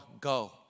go